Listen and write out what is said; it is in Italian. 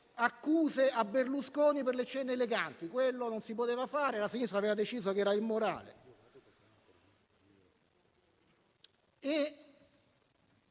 accuse a Berlusconi per le cene eleganti: quello non si poteva fare, la sinistra aveva deciso che era immorale.